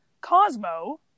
Cosmo